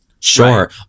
Sure